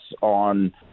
on